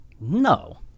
No